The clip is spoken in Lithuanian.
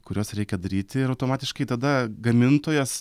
kuriuos reikia daryti ir automatiškai tada gamintojas